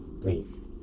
Please